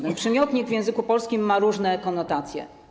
Ten przymiotnik w języku polskim ma różne konotacje.